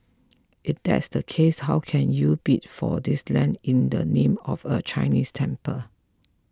if that's the case how can you bid for this land in the name of a Chinese temple